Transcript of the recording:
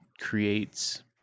creates